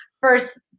First